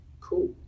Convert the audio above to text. cool